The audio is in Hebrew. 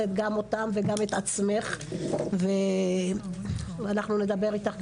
לשאת גם אותן וגם את עצמך ואנחנו נדבר איתך,